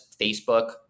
Facebook